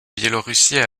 biélorussie